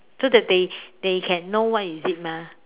so that they they can know what is it mah